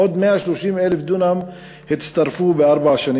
עוד 130,000 דונם הצטרפו בארבע השנים